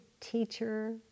teacher